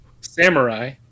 Samurai